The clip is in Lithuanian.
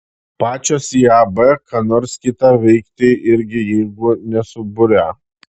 pačios iab ką nors kitą veikti irgi jėgų nesuburia